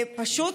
שפשוט,